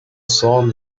saw